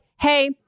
hey